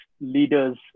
leaders